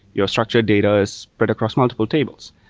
your structured data is spread across multiple tables.